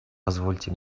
позвольте